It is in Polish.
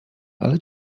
ale